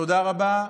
תודה רבה.